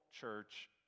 church